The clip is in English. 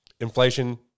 Inflation